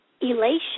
elation